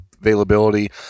availability